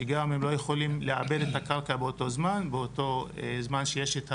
שגם הם לא יכולים לעבד את הקרקע באותו זמן שיש את האירועים.